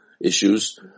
issues